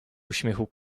uśmiechu